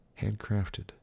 handcrafted